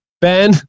Ben